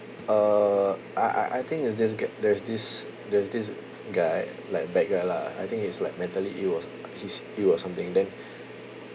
uh I I I think is this g~ there's this there's this guy like bad guy lah I think he's like mentally ill or some he's ill or something then